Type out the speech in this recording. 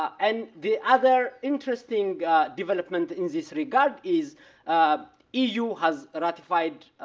and the other interesting development in this regard is um is eu has ratified